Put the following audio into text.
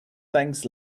thanks